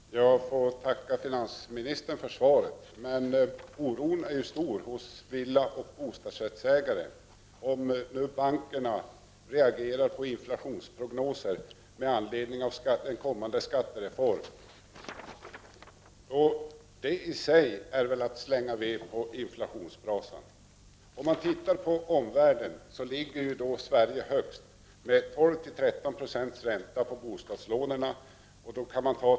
Herr talman! Jag får tacka finansministern för svaret. Oron är emellertid stor hos villaoch bostadsrättsägare för hur bankerna kommer att reagera på inflationsprognoser med anledning av den kommande skattereformen. Det i sig innebär väl att man slänger ved på inflationsbrasan? Om man jämför Sverige med omvärlden, finner man att Sverige ligger högst i fråga om räntor på bostadslån med sina 12-13 26.